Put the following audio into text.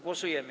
Głosujemy.